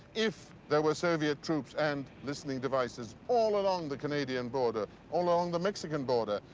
if there were soviet troops and listening devices all along the canadian border, all along the mexican border,